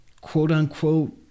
quote-unquote